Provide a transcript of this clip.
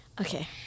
Okay